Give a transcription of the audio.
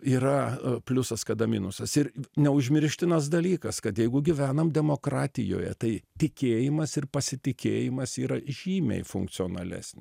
yra pliusas kada minusas ir neužmirštinas dalykas kad jeigu gyvenam demokratijoje tai tikėjimas ir pasitikėjimas yra žymiai funkcionalesni